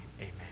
Amen